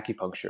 acupuncture